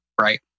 right